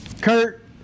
Kurt